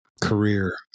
career